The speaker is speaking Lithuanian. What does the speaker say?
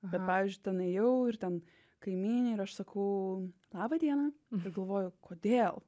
vat pavyzdžiui ten ėjau ir ten kaimynė ir aš sakau laba diena ir galvoju kodėl